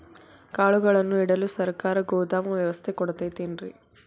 ಕಾಳುಗಳನ್ನುಇಡಲು ಸರಕಾರ ಗೋದಾಮು ವ್ಯವಸ್ಥೆ ಕೊಡತೈತೇನ್ರಿ?